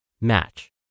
match